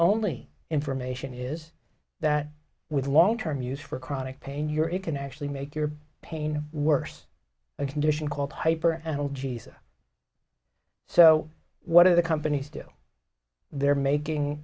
only information is that with long term use for chronic pain your it can actually make your pain worse a condition called hyper analgesic so what are the companies do there making